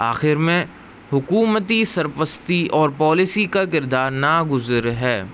آخر میں حکومتی سرپرستی اور پالیسی کا کردار ناگزیر ہے